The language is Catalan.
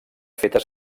fetes